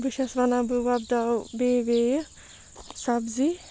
بہٕ چھَس وَنان بہٕ وۄبداوٕ بیٚیہِ بیٚیہِ سَبزی